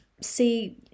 see